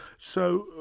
so,